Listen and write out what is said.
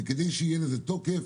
וכדי שיהיה לזה תוקף,